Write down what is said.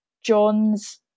John's